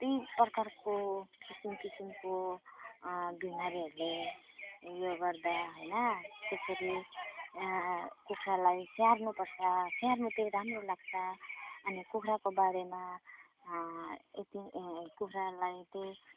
कत्ति प्रकारको किसिम किसिमको बिमारीहरले उयो गर्दा होइन त्यसरी कुखुरालाई स्याहार्नु पर्छ स्याहार्नु त राम्रो लाग्छ अनि कुखुराको बारेमा यति कुखुरालाई त